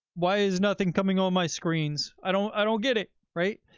why is nothing coming on my screen? i don't, i don't get it, right?